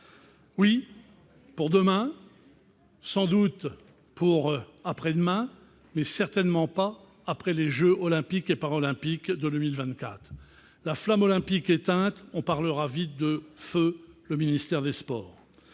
vaudra pour demain, sans doute pour après-demain, mais certainement pas après les jeux Olympiques et Paralympiques de 2024 : une fois la flamme olympique éteinte, on parlera vite de feu le ministère des sports